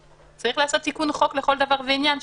צריך לעשות תיקון חוק לכל דבר ועניין,